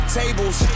tables